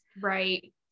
Right